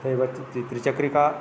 तथैव त्रिचक्रिका